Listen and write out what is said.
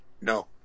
No